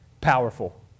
powerful